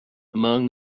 among